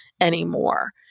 anymore